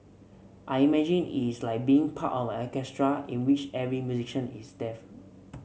I imagine it's like being part of an orchestra in which every musician is deaf